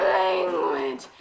language